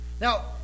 Now